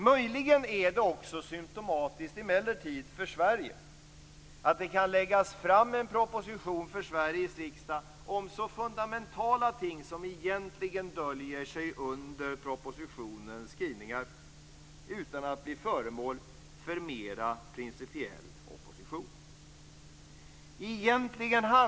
Möjligen är det också symtomatiskt för Sverige att man kan lägga fram en proposition för Sveriges riksdag om så fundamentala ting utan att det blir föremål för en mer principiell opposition.